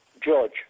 George